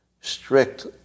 strict